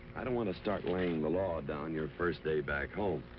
i don't want to start laying the law down your first day back home,